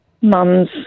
mums